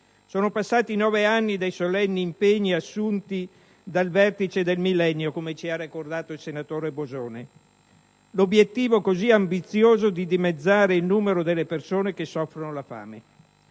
Sono passati nove anni dai solenni impegni assunti dal Vertice del Millennio, come ci ha ricordato il senatore Bosone: l'obiettivo così ambizioso di dimezzare il numero delle persone che soffrono la fame.